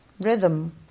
rhythm